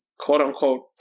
quote-unquote